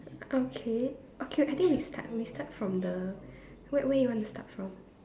okay okay I think we start we start from the where where you want to start from